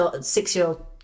six-year-old